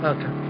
Okay